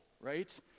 right